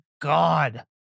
God